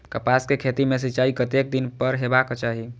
कपास के खेती में सिंचाई कतेक दिन पर हेबाक चाही?